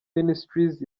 ministries